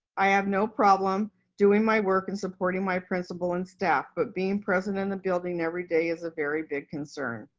i have no problem doing my work and supporting my principal and staff, but being present in the building every day is a very big concern.